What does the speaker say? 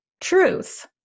truth